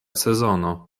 sezono